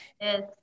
Yes